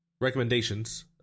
recommendations